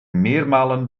meermalen